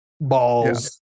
Balls